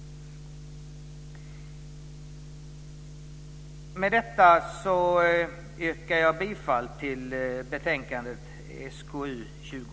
Med detta yrkar jag bifall till utskottets förslag i betänkande SkU20.